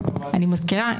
אני מזכירה,